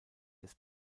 des